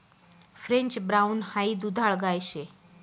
French brown high दुधाळ गाय शे